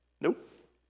Nope